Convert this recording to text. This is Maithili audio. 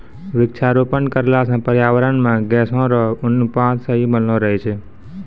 वृक्षारोपण करला से पर्यावरण मे गैसो रो अनुपात सही बनलो रहै छै